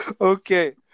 Okay